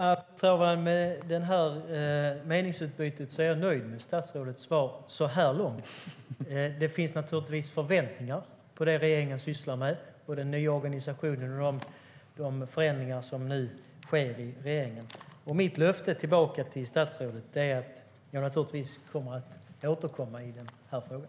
Fru talman! Med detta meningsutbyte med statsrådet är jag nöjd så här långt. Det finns naturligtvis förväntningar på det som regeringen sysslar med, på den nya organisationen och de förändringar som nu sker. Mitt löfte tillbaka till statsrådet är att jag naturligtvis tänker återkomma i den här frågan.